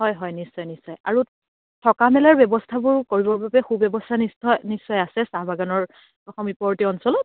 হয় হয় নিশ্চয় নিশ্চয় আৰু থকা মেলাৰ ব্যৱস্থাবোৰো কৰিবৰ বাবে সু বৱস্থা নিশ্চয় নিশ্চয় আছে চাহ বাগানৰ সমীপবৰ্তী অঞ্চলত